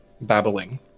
babbling